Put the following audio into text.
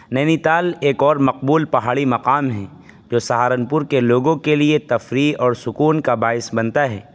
نینیتال ایک اور مقبول پہاڑی مقام ہے جو سہارنپور کے لوگوں کے لیے تفریح اور سکون کا باعث بنتا ہے